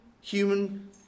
human